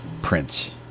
Prince